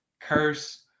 curse